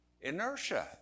Inertia